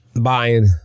buying